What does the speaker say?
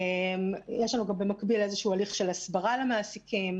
יש במקביל הליך של הסברה למעסיקים,